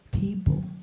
people